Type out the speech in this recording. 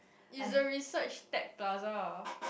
is the research tech plaza